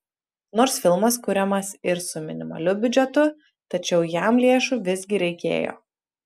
nors filmas kuriamas ir su minimaliu biudžetu tačiau jam lėšų visgi reikėjo